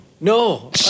No